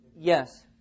Yes